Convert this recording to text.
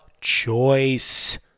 choice